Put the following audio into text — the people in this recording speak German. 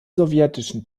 sowjetischen